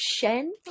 Shen